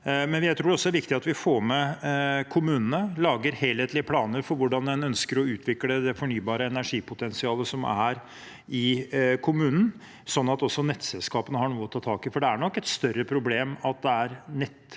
tror jeg også det er viktig at vi får med kommunene, lager helhetlige planer for hvordan en ønsker å utvikle det fornybare energipotensialet som er i kommunen, slik at også nettselskapene har noe å ta tak i. Det er nok et større problem at det er